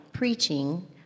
Preaching